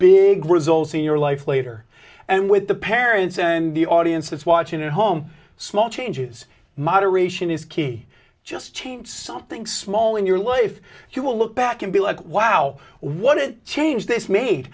big results in your life later and with the parents and the audience that's watching at home small changes moderation is key just change something small in your life you will look back and be like wow want to change this made